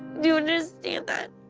do you understand that?